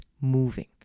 moving